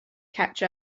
catch